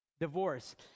divorce